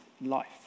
Life